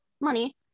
money